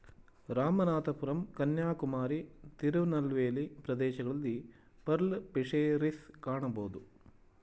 ರಾಮನಾಥಪುರಂ ಕನ್ಯಾಕುಮಾರಿ, ತಿರುನಲ್ವೇಲಿ ಪ್ರದೇಶಗಳಲ್ಲಿ pearl fisheries ಕಾಣಬೋದು